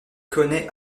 connaît